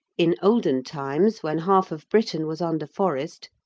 in olden times, when half of britain was under forest,